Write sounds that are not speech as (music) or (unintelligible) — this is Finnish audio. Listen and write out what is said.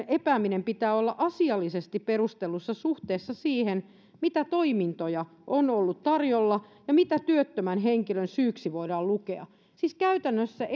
(unintelligible) epäämisen pitää olla asiallisesti perustellussa suhteessa siihen mitä toimintoja on ollut tarjolla ja mitä työttömän henkilön syyksi voidaan lukea siis käytännössä (unintelligible)